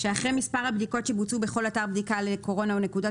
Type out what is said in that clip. שאחרי מספר הבדיקות שיבוצעו בכל אתר בדיקה לקורונה או נקודת